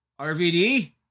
RVD